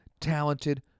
talented